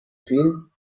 فیلم